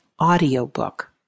audiobook